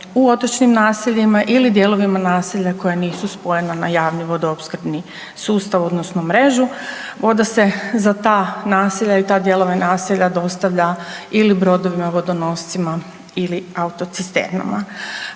u otočnim naseljima ili dijelovima naselja koja nisu spojena na javni vodoopskrbni sustav odnosno mrežu. Voda se za ta naselja i te dijelove naselja dostavlja ili brodovima vodonoscima ili autocisternama.